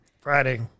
Friday